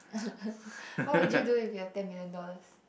what would you do if you have ten million dollars